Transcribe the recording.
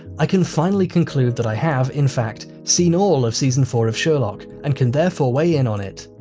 i can finally conclude that i have, in fact, seen all of season four of sherlock and can therefore weigh in on it.